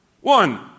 one